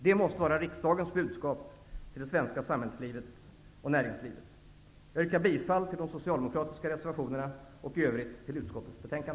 Det måste vara riksdagens budskap till den svenska samhällslivet och näringslivet. Jag yrkar bifall till de socialdemokratiska reservationerna och i övrigt till utskottets hemställan.